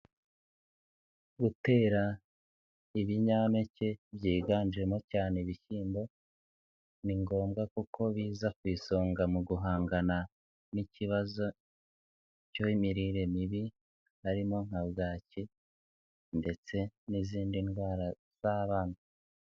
Gutera ibinyampeke byiganjemo cyane ibishyimbo ni ngombwa kuko biza ku isonga mu guhangana n'ikibazo k'imirire mibi harimo nka bwaki ndetse n'izindi ndwara z'abana.